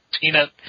peanut